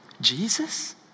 Jesus